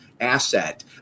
asset